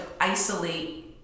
isolate